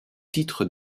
titre